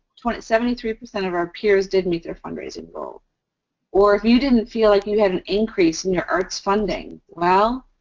seventy three percent of our peers didn't meet their fundraising goal or if you didn't feel like you had an increase in your arts funding, well,